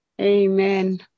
Amen